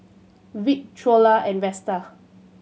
Vic Trula and Vesta